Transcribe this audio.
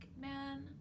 man